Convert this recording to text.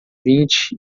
vinte